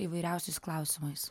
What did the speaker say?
įvairiausiais klausimais